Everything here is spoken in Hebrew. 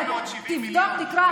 תבדוק, תקרא.